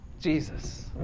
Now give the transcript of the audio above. Jesus